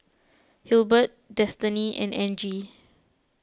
Hilbert Destany and Angie